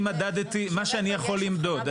אני מדדתי מה שאני יכול למדוד.